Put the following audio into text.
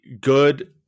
good